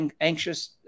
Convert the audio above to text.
anxious